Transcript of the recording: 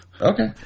okay